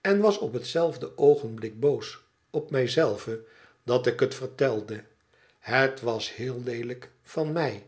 en was op hetzelfde oogenblik boos op mij zelve dat ik het vertelde het was heel leelijk van mij